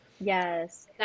Yes